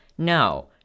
No